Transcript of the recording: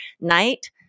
night